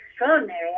extraordinary